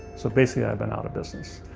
so, basically, i've been out of business.